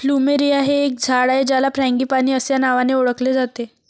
plumeria हे एक झाड आहे ज्याला फ्रँगीपानी अस्या नावानी ओळखले जाते